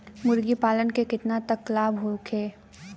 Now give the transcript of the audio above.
मुर्गी पालन से केतना तक लाभ होखे?